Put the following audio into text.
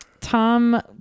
tom